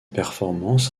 performance